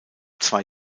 zwei